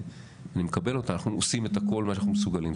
ואני מקבל אותה אנחנו עושים כל מה שאנחנו מסוגלים.